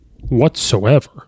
whatsoever